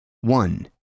One